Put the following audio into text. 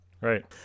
Right